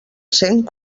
cent